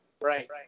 right